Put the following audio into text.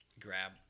grab